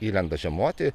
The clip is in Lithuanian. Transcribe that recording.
įlenda žiemoti